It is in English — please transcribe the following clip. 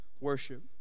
worship